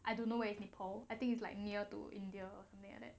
I don't know where is nepal I think it's like near to india or something like that